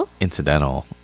incidental